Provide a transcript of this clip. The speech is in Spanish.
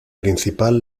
principal